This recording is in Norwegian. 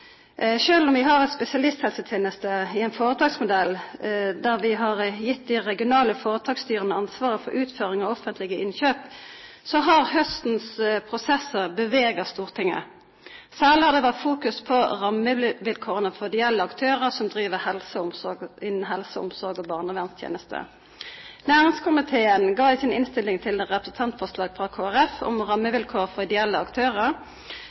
vi har organisert spesialisthelsetjenesten i en foretaksmodell der vi har gitt de regionale foretaksstyrene ansvaret for utføring av offentlige innkjøp, har høstens prosesser beveget Stortinget. Særlig har det vært fokus på rammevilkårene for ideelle aktører som driver innen helse-, omsorgs- og barnevernstjenester. I næringskomiteens innstilling til representantforslag fra Kristelig Folkeparti om rammevilkår for ideelle aktører